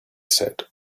said